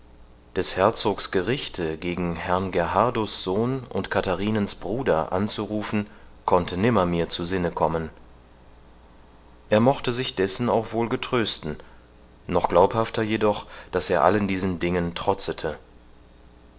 des herzogs gerichte gegen herrn gerhardus sohn und katharinens bruder anzurufen konnte nimmer mir zu sinnen kommen er mochte sich dessen auch wohl getrösten noch glaubhafter jedoch daß er allen diesen dingen trotzete